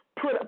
put